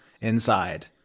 inside